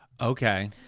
Okay